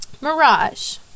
Mirage